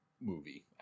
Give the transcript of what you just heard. movie